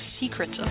secrets